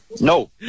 No